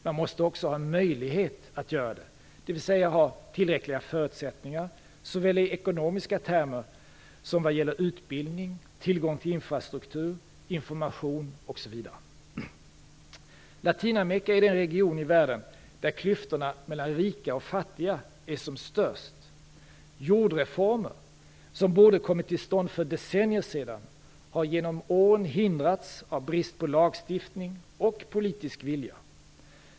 Man måste också ha möjlighet att göra det, dvs. ha tillräckliga förutsättningar såväl i ekonomiska termer som vad gäller utbildning, tillgång till infrastruktur, information osv. Latinamerika är den region i världen där klyftorna mellan rika och fattiga är som störst. Jordreformer som borde ha kommit till stånd för decennier sedan har genom åren hindrats av brist på lagstiftning och politisk vilja.